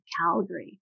Calgary